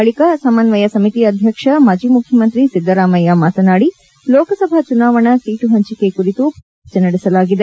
ಬಳಿಕ ಸಮನ್ವಯ ಸಮಿತಿ ಅಧ್ಯಕ್ಷ ಮಾಜಿ ಮುಖ್ಯಮಂತ್ರಿ ಸಿದ್ದರಾಮಯ್ಯ ಮಾತನಾದಿ ಲೋಕಸಭಾ ಚುನಾವಣಾ ಸೀಟು ಹಂಚಿಕೆ ಕುರಿತು ಪ್ರಮುಖವಾಗಿ ಚರ್ಚೆ ನಡೆಸಲಾಗಿದೆ